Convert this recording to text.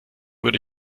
würde